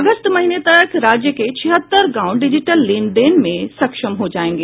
अगस्त महीने तक राज्य के छिहत्तर गांव डिजिटल लेन देन में सक्षम हो जायेंगे